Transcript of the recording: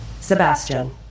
Sebastian